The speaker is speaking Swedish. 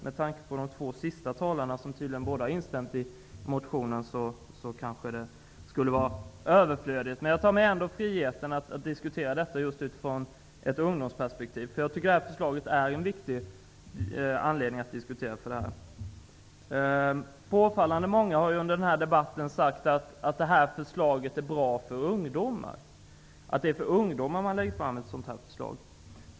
Med tanke på att de två senaste talarna båda instämde i vad Karin Pilsäter och Lotta Edholm framfört kan det kanske vara överflödigt. Men jag tar mig ändå friheten att diskutera frågan utifrån de ungas perspektiv. Påfallande många har under debatten sagt att det här förslaget är bra för ungdomar, att det är med tanke på ungdomar som man lägger fram det här förslaget.